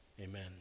Amen